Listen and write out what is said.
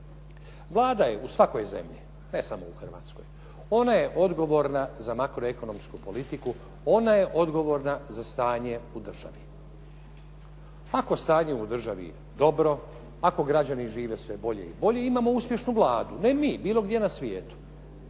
Vlada je u svakoj zemlji, ne samo u Hrvatskoj, ona je odgovorna za makroekonomsku politiku, ona je odgovorna za stanje u državi. Ako je stanje u državi dobro, ako građani žive sve bolje i bolje imamo uspješnu Vladu. Ne mi, bilo gdje na svijetu.